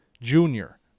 junior